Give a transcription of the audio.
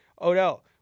Odell